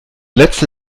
letzte